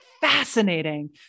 fascinating